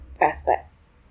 aspects